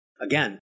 Again